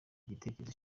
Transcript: gitekerezo